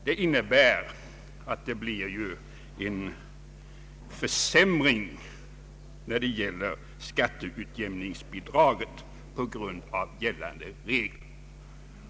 Detta innebär en försämring av skatteutjämningsbidraget på grund av gällande regler.